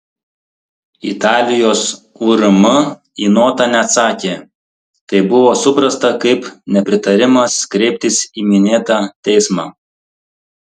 italijos urm į notą neatsakė tai buvo suprasta kaip nepritarimas kreiptis į minėtą teismą